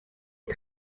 est